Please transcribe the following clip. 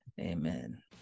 Amen